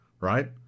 right